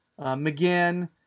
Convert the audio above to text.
McGinn